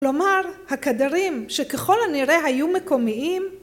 ‫כלומר, הקדרים שככל הנראה ‫היו מקומיים,